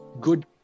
good